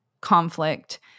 conflict